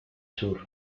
sur